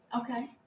Okay